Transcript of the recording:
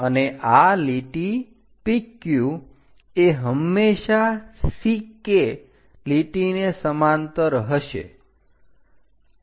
અને આ લીટી PQ એ હંમેશા CK લીટીને સમાંતર હશે